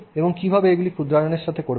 এবং কিভাবে এগুলি ক্ষুদ্রায়নের সাথে করবেন